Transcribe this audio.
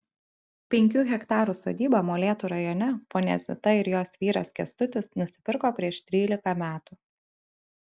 penkių hektarų sodybą molėtų rajone ponia zita ir jos vyras kęstutis nusipirko prieš trylika metų